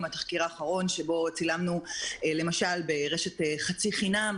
גם של אלה